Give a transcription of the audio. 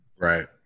Right